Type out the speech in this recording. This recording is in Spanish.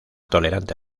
tolerante